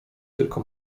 tylko